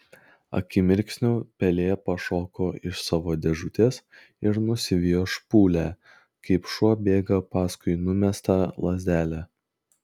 akimirksniu pelė pašoko iš savo dėžutės ir nusivijo špūlę kaip šuo bėga paskui numestą lazdelę